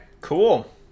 cool